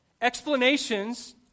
Explanations